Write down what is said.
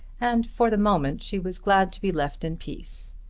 and for the moment she was glad to be left in peace.